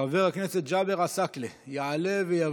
חבר הכנסת ג'אבר עסאקלה, יעלה ויבוא.